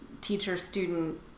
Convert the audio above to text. teacher-student